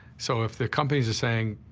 so if the companies are saying,